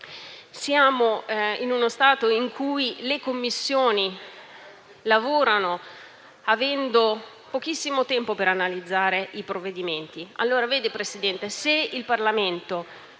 siamo in uno stato in cui le Commissioni lavorano avendo pochissimo tempo per analizzare i provvedimenti.